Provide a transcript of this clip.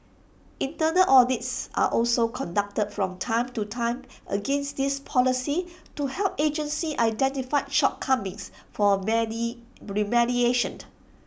internal audits are also conducted from time to time against these policies to help agencies identify shortcomings for many remediation